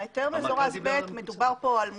ההיתר מדורג ב', מדובר כאן על מוסכים,